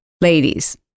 Ladies